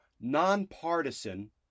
nonpartisan